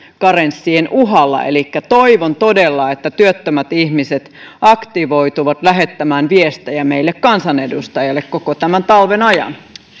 karenssien uhalla toivon todella että työttömät ihmiset aktivoituvat lähettämään viestejä meille kansanedustajille koko tämän talven ajan